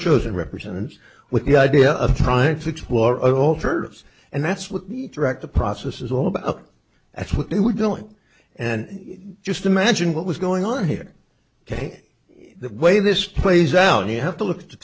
chosen representatives with the idea of trying to explore alternatives and that's what direct the process is all about that's what they were doing and just imagine what was going on here ok the way this plays out and you have to look at the